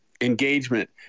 engagement